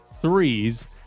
threes